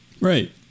right